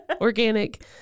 organic